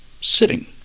sitting